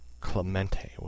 Clemente